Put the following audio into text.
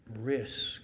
Risk